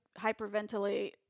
hyperventilate